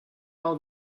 all